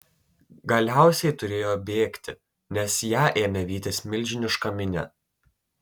galiausiai turėjo bėgti nes ją ėmė vytis milžiniška minia